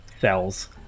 cells